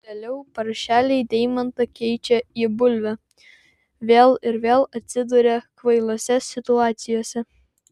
vėliau paršeliai deimantą keičia į bulvę vėl ir vėl atsiduria kvailose situacijose